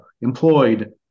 employed